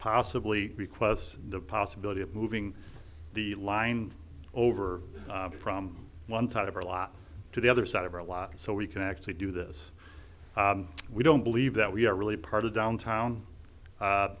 possibly requests the possibility of moving the line over from one side of our lot to the other side of our lot so we can actually do this we don't believe that we are really part of downtown